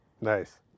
Nice